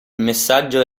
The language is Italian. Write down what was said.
messaggio